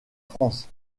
france